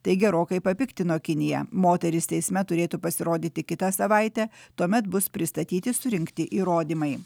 tai gerokai papiktino kiniją moteris teisme turėtų pasirodyti kitą savaitę tuomet bus pristatyti surinkti įrodymai